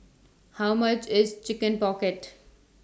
How much IS Chicken Pocket